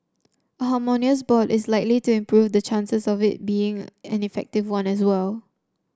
a harmonious board is likely to improve the chances of it being an effective one as well